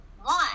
one